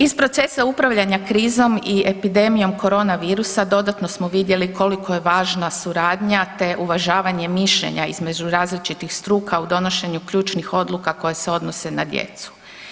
Iz procesa upravljanja krizom i epidemijom korona virusa dodatno smo vidjeli koliko je važna suradnja te uvažavanje mišljenje između različitih struka u donošenju ključnih odluka koje se odnose na djecu.